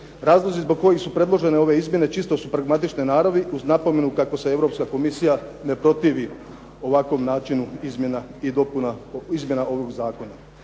Razlozi zbog kojih su predložene ove izmjene čisto su pragmatične naravi, uz napomenu kako se Europska komisija ne protivi ovakvom načinu izmjena ovog zakona.